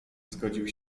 zgodził